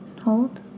hold